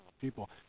people